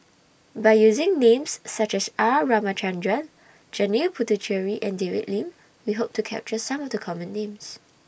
By using Names such as R Ramachandran Janil Puthucheary and David Lim We Hope to capture Some of The Common Names